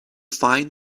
find